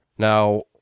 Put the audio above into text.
Now